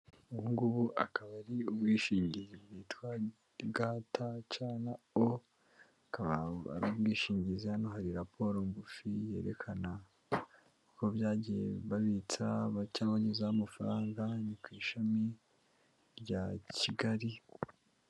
Ubu ngubu akaba ari ubwishingizi bwitwa gata ca na o, bukaba ari ubwishingizi hano hari raporo ngufi yerekana uko byagiye babitsa cyangwa banyuzaho amafaranga, ni ku ishami rya Kigali.